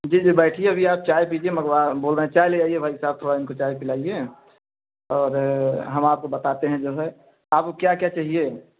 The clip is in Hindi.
जी जी बैठिए अभी आप चाय पीजिए मंगवा बोल रहे हैं चाय ले आइए भाईसाहब थोड़ा इनको चाय पिलाइए और हम आपको बताते हैं जैसे आपको क्या क्या चाहिए